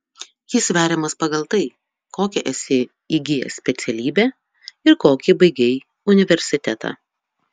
jis sveriamas pagal tai kokią esi įgijęs specialybę ir kokį baigei universitetą